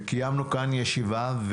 קיימנו כאן ישיבה,